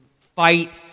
fight